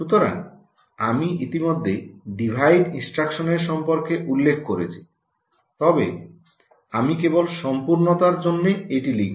সুতরাং আমি ইতিমধ্যেই ডিভাইড ইনস্ট্রাকশনের সম্পর্কে উল্লেখ করেছি তবে আমি কেবল সম্পূর্ণতার জন্য এটি লিখব